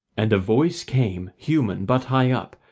and a voice came human but high up,